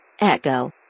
echo